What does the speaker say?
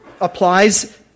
applies